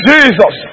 Jesus